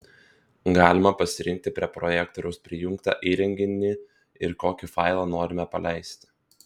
galima pasirinkti prie projektoriaus prijungtą įrenginį ir kokį failą norime paleisti